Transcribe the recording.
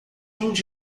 onde